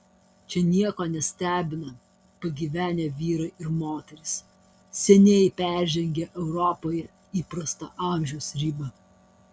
čia nieko nestebina pagyvenę vyrai ir moterys seniai peržengę europoje įprastą amžiaus ribą